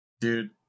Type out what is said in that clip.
dude